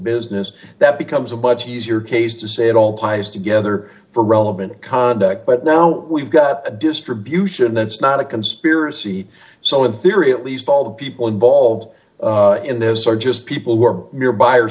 business that becomes a budgie easier case to say it all ties together for relevant conduct but now we've got a distribution that's not a conspiracy so in theory at least all the people involved in this are just people were